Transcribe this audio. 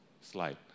slide